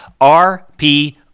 RP